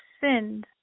sinned